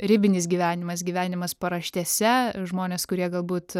ribinis gyvenimas gyvenimas paraštėse žmonės kurie galbūt